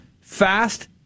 fast